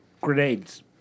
Grenades